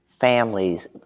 families